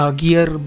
gear